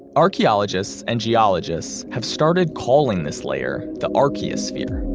archaeologists and geologists have started calling this layer the archaeosphere.